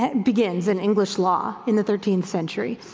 begins in english law in the thirteenth century.